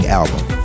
album